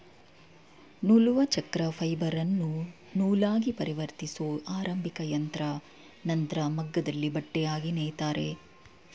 ನೂಲುವಚಕ್ರ ಫೈಬರನ್ನು ನೂಲಾಗಿಪರಿವರ್ತಿಸೊ ಆರಂಭಿಕಯಂತ್ರ ನಂತ್ರ ಮಗ್ಗದಲ್ಲಿ ಬಟ್ಟೆಯಾಗಿ ನೇಯ್ತಾರೆ